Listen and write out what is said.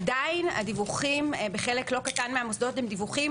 עדיין הדיווחים בחלק לא קטן מהמוסדות הם דיווחים